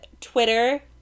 twitter